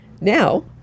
Now